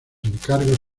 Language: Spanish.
encargos